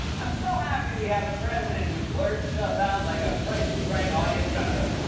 i'm so happy we have a president who blurts stuff out like a price is right audience member.